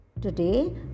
today